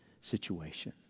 situation